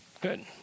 Good